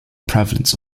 prevalence